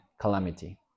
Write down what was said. calamity